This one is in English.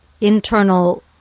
internal